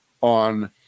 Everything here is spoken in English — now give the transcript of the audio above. on